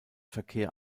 verkehr